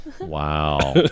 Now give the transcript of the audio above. Wow